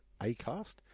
Acast